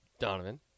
Donovan